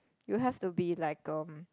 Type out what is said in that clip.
you have to be like um